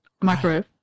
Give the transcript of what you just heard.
microwave